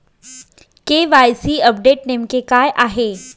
KYC update नेमके काय आहे?